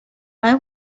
why